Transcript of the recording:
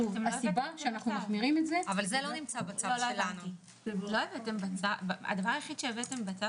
אבל זה לא נמצא --- הדבר היחיד שהבאתם בצו